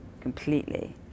completely